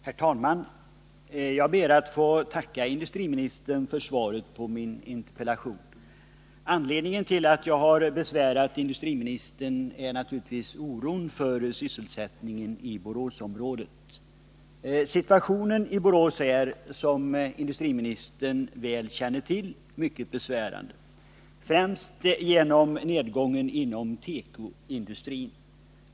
Herr talman! Jag ber att få tacka industriministern för svaret på min interpellation. Anledningen till att jag har besvärat industriministern är naturligtvis oron för sysselsättningen i Boråsområdet. Situationen i Borås är, som industriministern väl känner till, mycket besvärande, främst genom nedgången inom tekoindustrin.